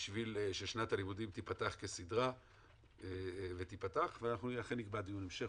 בשביל ששנת הלימודים תיפתח כסדרה ותיפתח ואנחנו אכן נקבע דיון המשך.